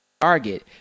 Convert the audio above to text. Target